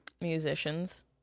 musicians